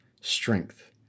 strength